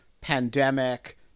pandemic